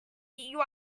you